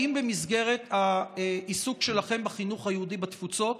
האם במסגרת העיסוק שלכם בחינוך היהודי בתפוצות,